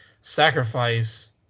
sacrifice